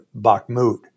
Bakhmut